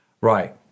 right